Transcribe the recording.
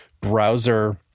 browser